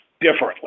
differently